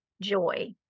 joy